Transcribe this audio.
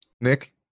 Nick